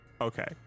okay